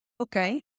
okay